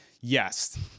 yes